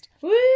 Woo